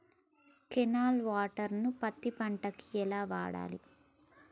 Canal water ను పత్తి పంట కి ఎలా వాడాలి?